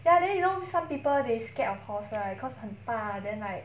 ya then you know some people they scared of horse right cause 很大 then like